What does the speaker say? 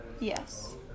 Yes